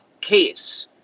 case